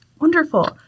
Wonderful